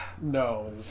No